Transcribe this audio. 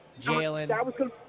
Jalen